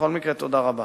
בכל מקרה, תודה רבה.